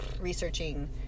researching